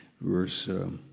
verse